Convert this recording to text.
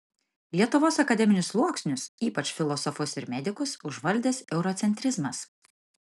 lietuvos akademinius sluoksnius ypač filosofus ir medikus užvaldęs eurocentrizmas